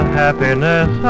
happiness